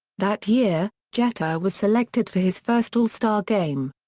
that year, jeter was selected for his first all-star game.